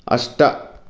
अष्ट